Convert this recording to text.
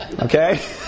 Okay